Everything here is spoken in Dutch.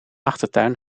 achtertuin